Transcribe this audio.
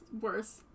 Worse